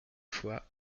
fois